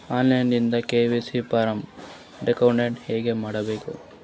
On line ದಿಂದ KYC form download ಹೇಂಗ ಮಾಡಬೇಕು?